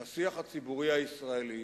בשיח הציבורי הישראל,